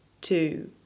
two